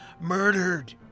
murdered